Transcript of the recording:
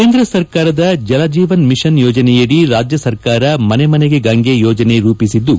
ಕೇಂದ್ರ ಸರಕಾರದ ಜಲ ಜೀವನ ಮಿಷನ್ ಯೋಜನೆಯಡಿ ರಾಜ್ಯ ಸರಕಾರ ಮನೆ ಮನೆಗೆ ಗಂಗೆ ಯೋಜನೆ ರೂಪಿಸಿದ್ದು